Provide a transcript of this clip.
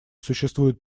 существует